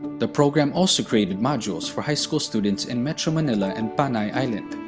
the program also created modules for high school students in metro manila and panay island.